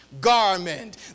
garment